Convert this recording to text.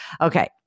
Okay